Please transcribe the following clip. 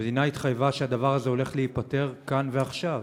המדינה התחייבה שהדבר הזה הולך להיפתר כאן ועכשיו.